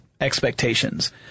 expectations